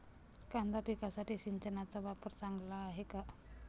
कांदा पिकासाठी सिंचनाचा वापर चांगला आहे का?